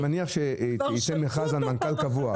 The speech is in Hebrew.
אני מניח שייצא מכרז למנכ"ל קבוע.